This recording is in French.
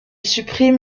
supprime